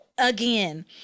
Again